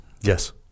Yes